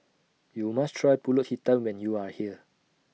YOU must Try Pulut Hitam when YOU Are here